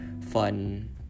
fun